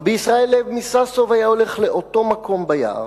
רבי משה לייב מסאסוב היה הולך לאותו מקום ביער,